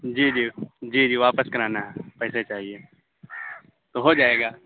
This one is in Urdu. جی جی جی جی واپس کرانا ہے پیسے چاہیے تو ہو جائے گا